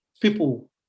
People